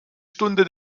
stunde